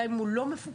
גם אם הוא לא מפוטר,